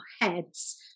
heads